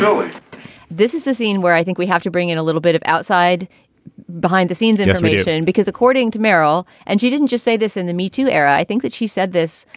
so this is the scene where i think we have to bring in a little bit of outside behind the scenes information, because according to merrill and she didn't just say this in the metoo era. i think that she said this,